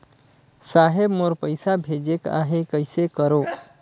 साहेब मोर पइसा भेजेक आहे, कइसे करो?